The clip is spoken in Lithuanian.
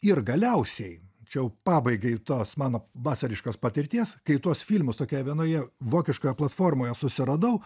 ir galiausiai čia jau pabaigai tos mano vasariškos patirties kai tuos filmus tokioje vienoje vokiškoje platformoje susiradau